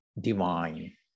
divine